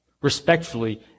respectfully